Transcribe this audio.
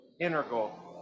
integral